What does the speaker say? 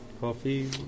coffee